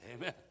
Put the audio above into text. amen